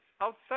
outside